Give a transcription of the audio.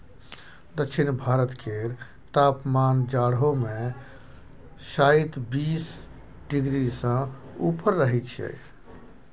दक्षिण भारत केर तापमान जाढ़ो मे शाइत बीस डिग्री सँ ऊपर रहइ छै